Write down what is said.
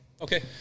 okay